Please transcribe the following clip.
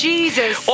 Jesus